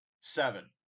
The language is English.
seven